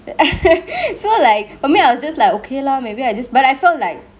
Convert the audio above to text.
so like for me I was just like okay lah maybe I just but I felt like